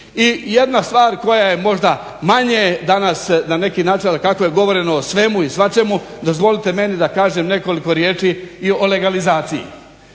I jedna stvar koja je možda manje danas na neki način, ali kako je govoreno o svemu i svačemu, dozvolite meni da kažem nekolik riječi i o legalizaciji.